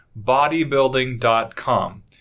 bodybuilding.com